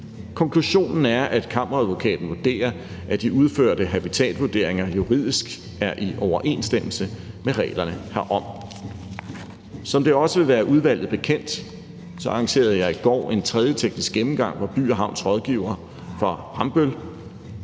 Konklusionen er, at Kammeradvokaten vurderer, at de udførte habitatvurderinger juridisk er i overensstemmelse med reglerne herom. Som det også vil være udvalget bekendt, arrangerede jeg i går en tredje teknisk gennemgang, hvor By & Havns rådgiver fra Rambøll